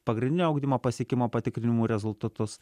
pagrindinio ugdymo pasiekimo patikrinimų rezultatus